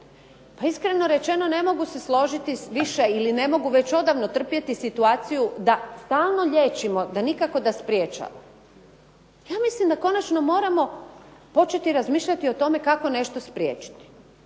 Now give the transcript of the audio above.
Pa iskreno rečeno ne mogu se složiti s više ili ne mogu već odavno trpjeti situaciju da stalno liječimo, da nikako da spriječimo. Ja mislim da konačno moramo početi razmišljati o tome kako nešto spriječiti.